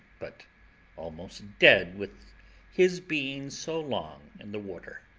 but almost dead with his being so long in the water.